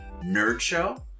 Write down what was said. Nerdshow